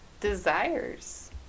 desires